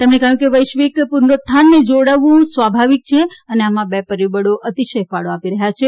તેમણે કહ્યું વૈશ્વિક પુનરૂત્થાનને જોડવું સ્વાભાવિક છે અને આમાં બે પરિબળો અતિશય ફાળો આપી રહ્યા છે